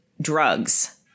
drugs